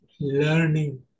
learning